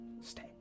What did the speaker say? stay